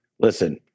listen